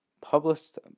Published